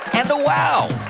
and a wow!